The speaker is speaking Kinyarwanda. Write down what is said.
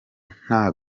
nta